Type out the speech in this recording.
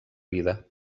vida